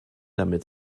damit